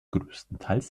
größtenteils